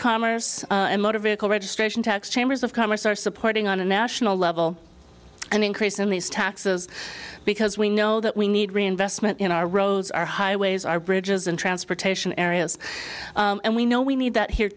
commerce and motor vehicle registration tax chambers of commerce are supporting on a national level an increase in these taxes because we know that we need reinvestment in our roads our highways our bridges and transportation areas and we know we need that here